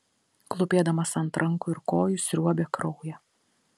klūpėdamas ant rankų ir kojų sriuobė kraują